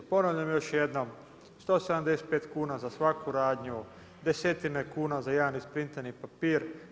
Ponavljam još jednom 175 kuna za svaku radnju, desetine kuna za jedan isprintani papir.